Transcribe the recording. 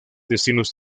destinos